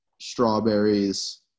strawberries